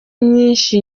myinshi